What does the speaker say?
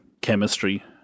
chemistry